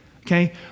Okay